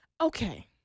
Okay